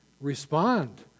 respond